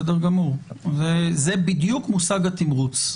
זה בדיוק מושג התמרוץ.